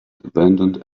abandoned